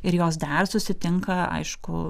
ir jos dar susitinka aišku